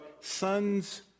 sons